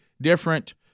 different